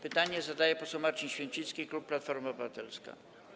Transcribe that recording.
Pytanie zadaje poseł Marcin Święcicki, klub Platforma Obywatelska.